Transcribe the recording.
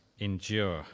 endure